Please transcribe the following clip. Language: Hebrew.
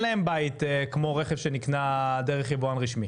אין להם בית כמו רכב שניקנה דרך יבואן רשמי.